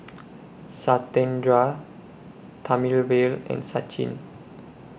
Satyendra Thamizhavel and Sachin